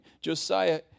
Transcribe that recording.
Josiah